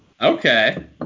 Okay